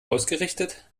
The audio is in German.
ausgerichtet